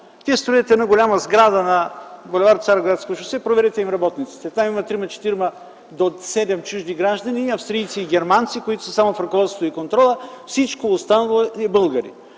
Те строят голяма сграда на бул. „Цариградско шосе”. Проверете им работниците. Там има 2-3 до 7 чужди граждани - австрийци и германци, които са само в ръководството и контрола. Всички останали са българи.